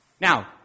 Now